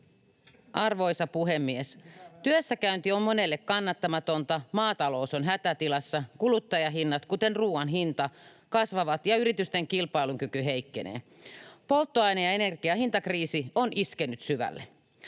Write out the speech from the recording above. Arvoisa puhemies! Työssäkäynti on monelle kannattamatonta, maatalous on hätätilassa, kuluttajahinnat, kuten ruuan hinta, kasvavat, ja yritysten kilpailukyky heikkenee. Polttoaine‑ ja energiahintakriisi on iskenyt syvälle.